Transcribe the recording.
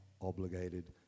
obligated